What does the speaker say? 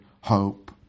hope